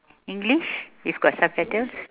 english if got subtitles